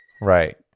Right